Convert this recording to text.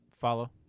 Follow